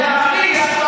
אני מציע,